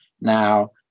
now